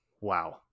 Wow